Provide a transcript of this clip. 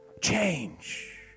change